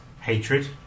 Hatred